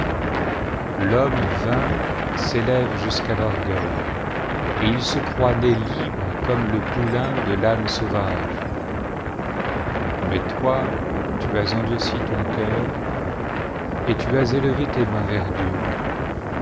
l'homme vain s'élève jusqu'à l'orgueil et il se croit né libre comme le poulain de l'âne sauvage mais toi tu as endurci ton cœur et tu as élevé tes mains vers dieu